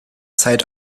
zeit